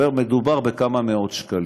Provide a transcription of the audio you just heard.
מדובר בכמה מאות שקלים.